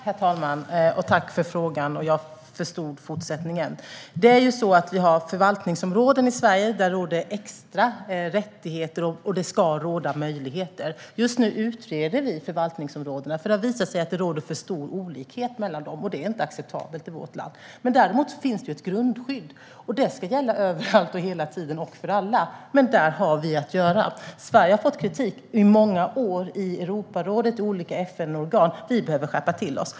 Herr talman! Tack för frågan, och jag förstod fortsättningen. Vi har förvaltningsområden i Sverige där det råder extra rättigheter, och det ska finnas möjligheter. Just nu utreder vi förvaltningsområdena. Det har visat sig att det råder för stor olikhet mellan dem, och det är inte acceptabelt i vårt land. Däremot finns ett grundskydd. Det ska gälla överallt, hela tiden och för alla. Men där har vi att göra. Sverige har fått kritik i många år i Europarådet och olika FN-organ, och vi behöver skärpa oss.